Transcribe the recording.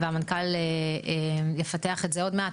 והמנכ"ל יפתח את זה עוד מעט,